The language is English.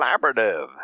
Collaborative